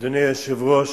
אדוני היושב-ראש,